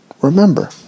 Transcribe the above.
Remember